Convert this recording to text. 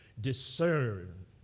discern